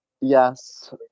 Yes